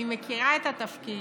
אני מכירה את התפקיד,